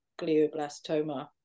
glioblastoma